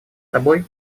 тобой